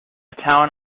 town